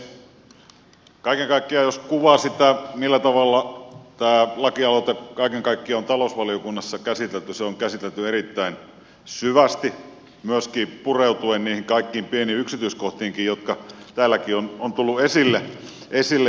kaiken kaikkiaan jos kuvaa sitä millä tavalla tämä lakialoite kaiken kaikkiaan on talousvaliokunnassa käsitelty se on käsitelty erittäin syvästi myöskin pureutuen niihin kaikkiin pieniin yksityiskohtiinkin jotka täälläkin ovat tulleet esille